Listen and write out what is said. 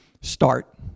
start